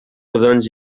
rodons